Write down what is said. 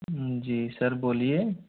जी sir बोलिए